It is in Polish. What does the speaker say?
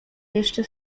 jeszcze